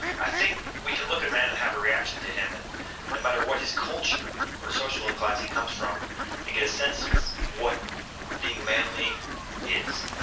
i think we can look at man and have a reaction to him and no matter what his culture or social or class he comes from and get census what being manly is